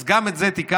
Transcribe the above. אז גם את זה תיקנו.